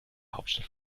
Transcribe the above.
hauptstadt